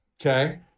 Okay